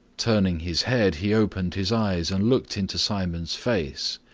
turning his head, he opened his eyes and looked into simon's face.